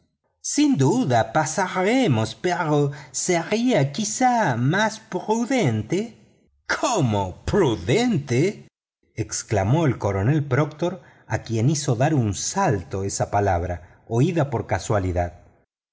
sin duda pasaremos pero sería quizá más prudente cómo prudente exclamó el coronel proctor a quien hizo dar un salto esa palabra oída por casualidad